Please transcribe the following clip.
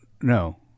no